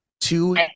two